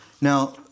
Now